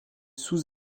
sous